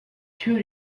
two